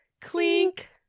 Clink